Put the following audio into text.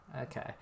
okay